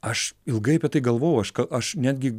aš ilgai apie tai galvojau aš aš netgi